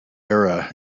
era